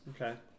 Okay